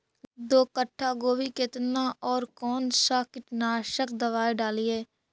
दो कट्ठा गोभी केतना और कौन सा कीटनाशक दवाई डालिए?